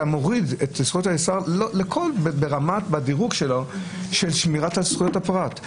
אתה מוריד את זכויות האזרח בדירוג שלו לגבי שמירת זכויות הפרט.